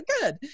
good